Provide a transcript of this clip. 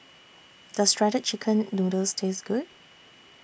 Does Shredded Chicken Noodles Taste Good